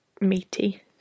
meaty